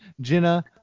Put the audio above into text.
Jenna